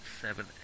seven